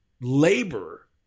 labor